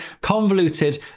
convoluted